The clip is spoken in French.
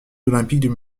olympiques